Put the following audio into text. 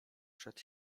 przed